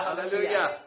Hallelujah